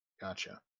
Gotcha